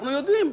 אנחנו יודעים,